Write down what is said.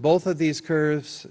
both of these curves